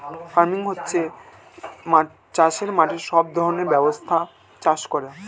farming মানে হচ্ছে চাষের মাঠে সব ধরনের ব্যবস্থা করে চাষ করা